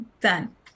Done